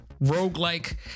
roguelike